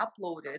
uploaded